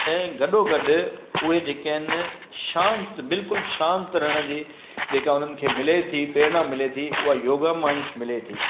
ऐं गॾो गॾु उहे जेके आहिनि शांति बिल्कुलु शांति रहण जी जेका उन्हनि खे मिले थी प्रेरणा मिले थी उहा योगा मां ई मिले थी